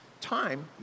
time